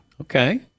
Okay